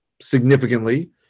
significantly